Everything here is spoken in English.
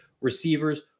receivers